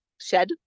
shed